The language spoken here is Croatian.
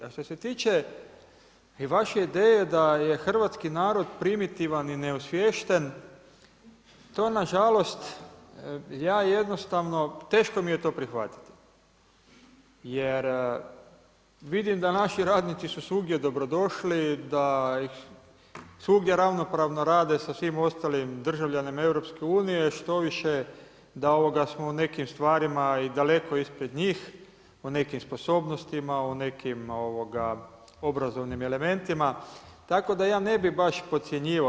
A što se tiče i vaše ideje da je hrvatski narod primitivan i neosviješten, to na žalost ja jednostavno, teško mi je to prihvatiti jer vidim da naši radnici su svugdje dobro došli, da svugdje ravnopravno rade sa svim ostalim državljanima Europske unije, da štoviše smo u nekim stvarima i daleko ispred njih, u nekim sposobnostima, u nekim obrazovnim elementima tako da ja ne bih baš podcjenjivao.